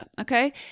Okay